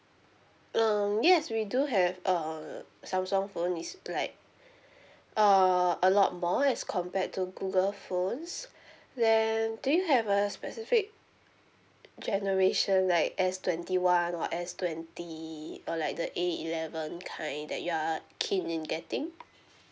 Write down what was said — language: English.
um yes we do have uh samsung phone is black err a lot more as compared to google phones then do you have a specific generation like S twenty one or S twenty or like the A eleven kind that you are keen in getting